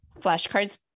flashcards